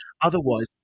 Otherwise